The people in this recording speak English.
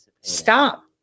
stop